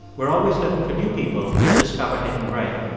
we're always looking for new people to discover hidden brain.